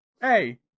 Hey